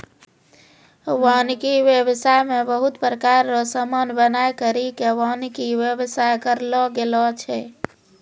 वानिकी व्याबसाय मे बहुत प्रकार रो समान बनाय करि के वानिकी व्याबसाय करलो गेलो छै